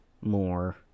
more